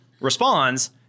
responds